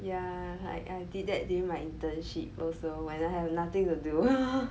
yeah I I did that during my internship also when I have nothing to do